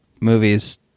movies